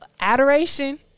adoration